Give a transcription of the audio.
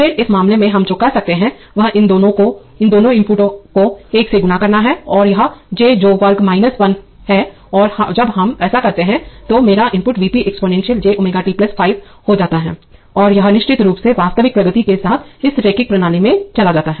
फिर इस मामले में हम जो कर सकते हैं वह इन दो इनपुट को 1 से गुणा करना है और यह जे जो वर्ग है √ 1 और जब हम ऐसा करते हैं तो मेरा input V p exponential j ω t 5 हो जाता है और यह निश्चित रूप से वास्तविक प्रगति के साथ इसी रैखिक प्रणाली में चला जाता है